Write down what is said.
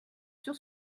sur